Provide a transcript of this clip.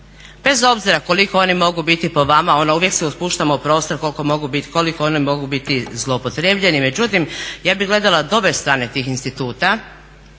Bez obzira koliko oni mogu biti po vama, ono uvijek si spuštamo prostora koliko oni mogu biti zloupotrebljeni. Međutim, ja bi gledala dobre strane tih instituta